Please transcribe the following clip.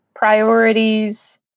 priorities